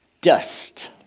dust